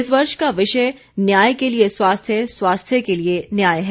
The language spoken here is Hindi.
इस वर्ष का विषय न्याय के लिए स्वास्थ्य स्वास्थ्य के लिए न्याय है